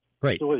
Great